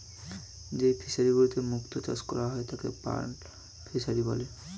যেই ফিশারি গুলিতে মুক্ত চাষ করা হয় তাকে পার্ল ফিসারী বলে